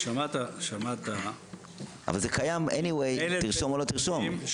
אבל זה קיים בכל מקרה, תרשום או לא תרשום.